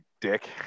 dick